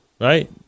right